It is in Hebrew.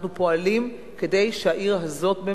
אנחנו פועלים כדי שהעיר הזאת,